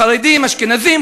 חרדים אשכנזים,